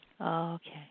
Okay